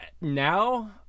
now